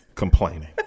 Complaining